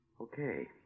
Okay